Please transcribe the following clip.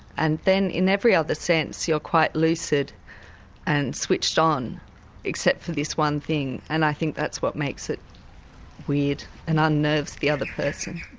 and then in every other sense you're quite lucid and switched on except for this one thing and i think that's what makes it weird and unnerves the other person.